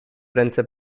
ręce